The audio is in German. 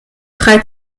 frei